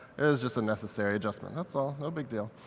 there was just a necessary adjustment, that's all. no big deal.